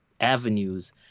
avenues